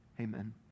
Amen